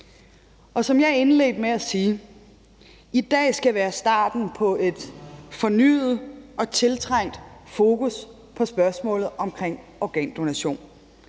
Som jeg indledte med at sige, skal i dag være starten på et fornyet og tiltrængt fokus på spørgsmålet omkring organdonation